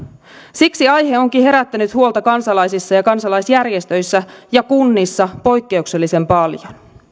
siksi aihe onkin herättänyt huolta kansalaisissa ja kansalaisjärjestöissä ja kunnissa poikkeuksellisen paljon